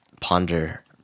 ponder